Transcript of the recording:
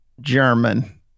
German